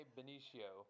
Benicio